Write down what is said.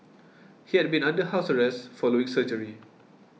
he had been under house arrest following surgery